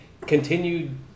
continued